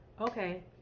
Okay